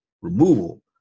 removal